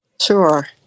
sure